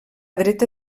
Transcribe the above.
dreta